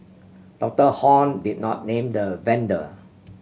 Doctor Hon did not name the vendor